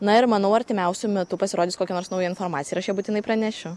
na ir manau artimiausiu metu pasirodys kokia nors nauja informacija ir aš ją būtinai pranešiu